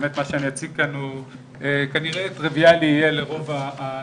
באמת מה שאני אציג כאן הוא כנראה טריויאלי יהיה לרוב הנוכחים,